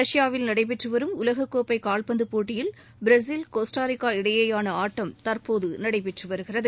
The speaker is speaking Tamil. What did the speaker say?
ரஷ்யாவில் நடைபெற்று வரும் உலகக் கோப்பை கால்பந்து போட்டியில் பிரேசில் கோஸ்டோரிக்கா இடையேயான ஆட்டம் தற்போது நடைபெற்று வருகிறது